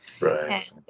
right